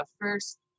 first